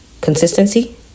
consistency